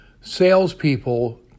Salespeople